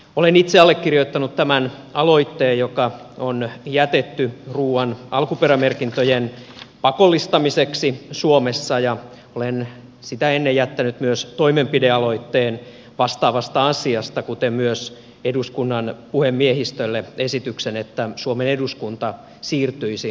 olen itse allekirjoittanut tämän aloitteen joka on jätetty ruuan alkuperämerkintöjen pakollistamiseksi suomessa ja olen sitä ennen jättänyt myös toimenpidealoitteen vastaavasta asiasta kuten myös eduskunnan puhemiehistölle esityksen että suomen eduskunta siirtyisi suomalaiseen ruokaan